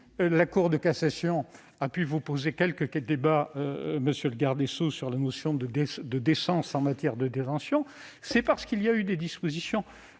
la Cour de cassation a pu vous poser quelques problèmes, monsieur le garde des sceaux, sur la notion de décence en matière de détention, c'est parce qu'il y a eu des dispositions